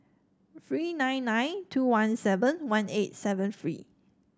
three nine nine two one seven one eight seven three